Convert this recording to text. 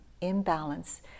imbalance